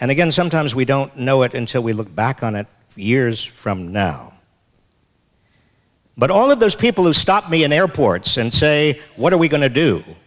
again sometimes we don't know it until we look back on it years from now but all of those people who stopped me in airports and say what are we going to do